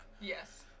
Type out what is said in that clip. Yes